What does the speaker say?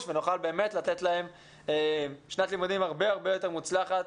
ונוכל באמת לתת להם שנת לימודים הרבה יותר מוצלחת,